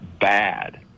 bad